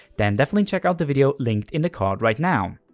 then definitely check out the video linked in the card right now!